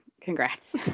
Congrats